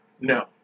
No